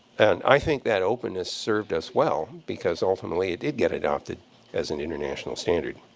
and i think that openness served us well, because, ultimately, it did get adopted as an international standard.